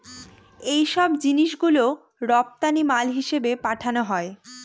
এইসব জিনিস গুলো রপ্তানি মাল হিসেবে পাঠানো হয়